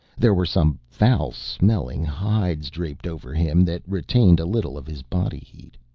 there were some foul-smelling hides draped over him that retained a little of his body heat.